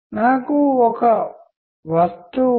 కానీ ఏది ఎలా ఉన్నా మీరు కమ్యూనికేట్ చేయగలుగుతారు